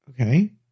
Okay